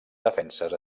defenses